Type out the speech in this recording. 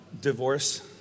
divorce